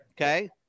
Okay